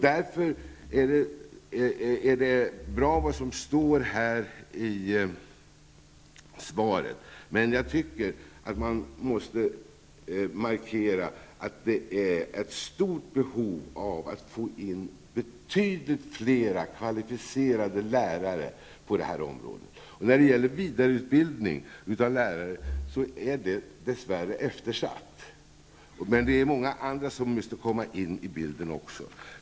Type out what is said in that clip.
Därför är svaret bra, men jag tycker att man måste markera att det finns ett stort behov av att få in betydligt fler kvalificerade lärare på det här området. Vidareutbildningen av lärare är dess värre eftersatt, men det är också många andra som måste komma in i bilden.